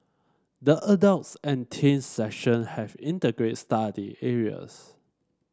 the adults and teens section have integrate study areas